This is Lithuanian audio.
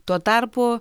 tuo tarpu